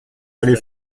allée